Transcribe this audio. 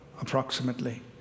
Approximately